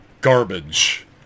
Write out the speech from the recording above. garbage